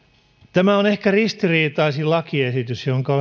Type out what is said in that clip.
tämä on ehkä ristiriitaisin lakiesitys jonka